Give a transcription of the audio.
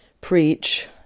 preach